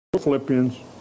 Philippians